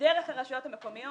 דרך הרשויות המקומיות.